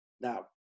Now